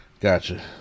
Gotcha